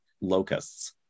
locusts